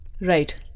Right